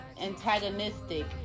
antagonistic